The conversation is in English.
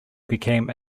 became